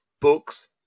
books